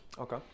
Okay